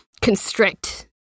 constrict